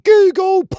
Google